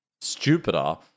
stupider